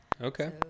Okay